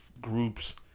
groups